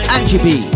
Angie